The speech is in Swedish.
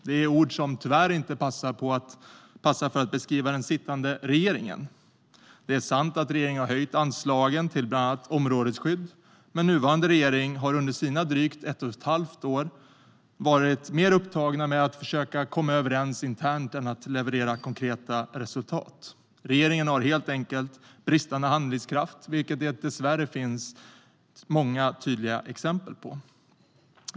Det är ord som tyvärr inte passar för att beskriva den sittande regeringen. Det är sant att regeringen har höjt anslagen till bland annat områdesskydd, men i nuvarande regering har man under cirka ett och ett halvt år varit mer upptagen med att försöka komma överens internt än att leverera konkreta resultat. Regeringen har helt enkelt bristande handlingskraft, vilket det dessvärre finns många tydliga exempel på.